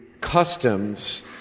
customs